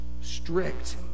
strict